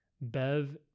Bev